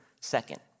second